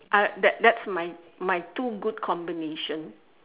uh that that's my my two good combination